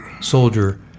soldier